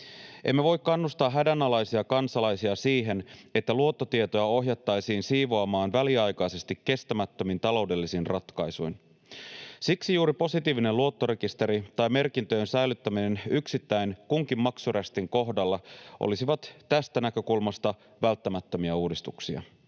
Emme voi kannustaa hädänalaisia kansalaisia siihen, että luottotietoja ohjattaisiin siivoamaan väliaikaisesti kestämättömin taloudellisin ratkaisuin. Siksi juuri positiivinen luottorekisteri ja merkintöjen säilyttäminen yksittäin kunkin maksurästin kohdalla olisivat tästä näkökulmasta välttämättömiä uudistuksia.